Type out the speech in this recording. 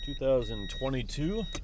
2022